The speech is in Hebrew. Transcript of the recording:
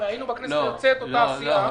הרי היינו בכנסת היוצאת באותה סיעה.